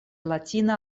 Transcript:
latina